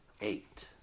Eight